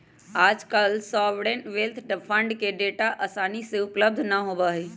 आजकल sovereign wealth fund के data आसानी से उपलब्ध ना होबा हई